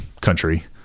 country